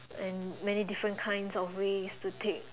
and may different kinds of ways to take